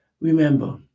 remember